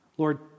Lord